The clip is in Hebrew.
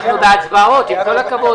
אנחנו בהצבעות, עם כל הכבוד.